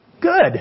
Good